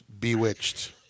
Bewitched